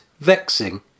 vexing